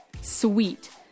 Sweet